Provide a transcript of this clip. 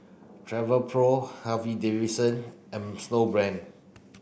Travelpro Harley Davidson and Snowbrand